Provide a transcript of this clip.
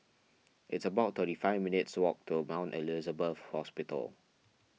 it's about thirty five minutes' walk to Mount Elizabeth Hospital